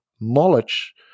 knowledge